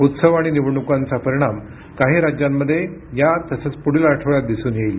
उत्सव आणि निवडणुकांचा परिणाम काही राज्यांमध्ये या तसंच पुढील आठवड्यात दिसून येईल